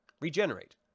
Regenerate